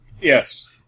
Yes